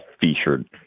featured